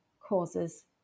causes